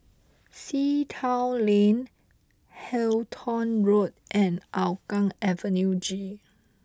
Sea Town Lane Halton Road and Hougang Avenue G